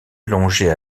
longeait